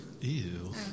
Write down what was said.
Ew